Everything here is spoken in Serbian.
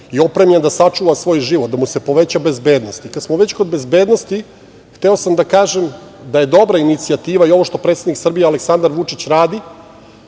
i opremljen da sačuva svoj život, da mu se poveća bezbednost. Kada smo već kod bezbednosti, hteo sam da kažem da je dobra inicijativa i ovo što predsednik Srbije Aleksandar Vučić radi,